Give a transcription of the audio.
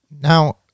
now